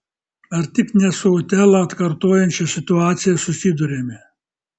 ar tik ne su otelą atkartojančia situacija susiduriame